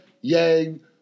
Yang